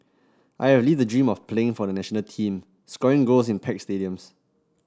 I have lived the dream of playing for the national team scoring goals in packed stadiums